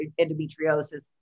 endometriosis